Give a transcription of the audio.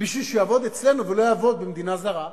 בשביל שהוא יעבוד אצלנו ולא יעבוד במדינה זרה?